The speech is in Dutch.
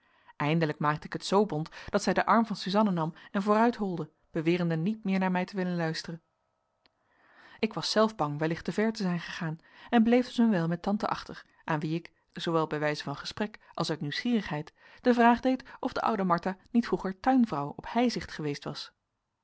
eindelijk maakte ik het zoo bont dat zij den arm van suzanna nam en vooruitholde bewerende niet meer naar mij te willen luisteren ik was zelf bang wellicht te ver te zijn gegaan en bleef dus een wijl met tante achter aan wie ik zoowel bijwijze van gesprek als uit nieuwsgierigheid de vraag deed of de oude martha niet vroeger tuinvrouw op heizicht geweest was